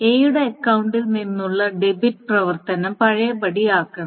എയുടെ അക്കൌണ്ടിൽ നിന്നുള്ള ഡെബിറ്റ് പ്രവർത്തനം പഴയപടിയാക്കണം